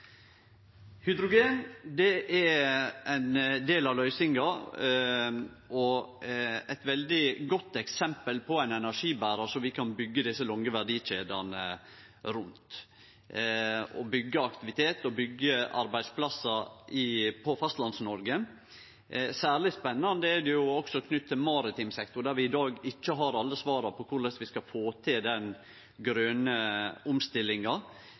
er ein del av løysinga og eit veldig godt eksempel på ein energiberar som vi kan byggje desse lange verdikjedene rundt – byggje aktivitet og byggje arbeidsplassar på Fastlands-Noreg. Særleg spennande er det også knytt til maritim sektor, der vi i dag ikkje har alle svara på korleis vi skal få til den grøne omstillinga.